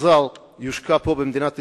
הזר יושקע פה במדינת ישראל.